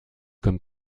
comme